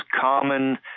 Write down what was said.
common